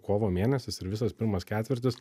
kovo mėnesis ir visas pirmas ketvirtis